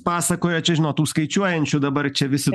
pasakojo čia žinot tų skaičiuojančių dabar čia visi